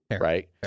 right